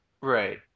Right